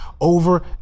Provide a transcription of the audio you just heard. over